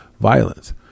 Violence